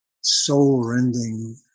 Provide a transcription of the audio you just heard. soul-rending